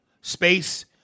space